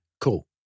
Cool